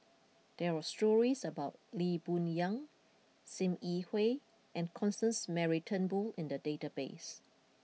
there are stories about Lee Boon Yang Sim Yi Hui and Constance Mary Turnbull in the database